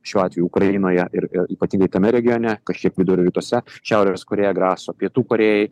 šiuo atveju ukrainoje ir ypatingai tame regione kažkiek vidurio rytuose šiaurės korėja graso pietų korėjai